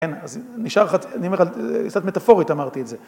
כן, אז נשאר לך, אני אומר לך, קצת מטאפורית אמרתי את זה.